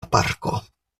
parko